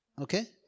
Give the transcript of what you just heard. Okay